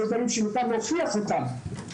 אלו דברים שניתן להוכיח אותם.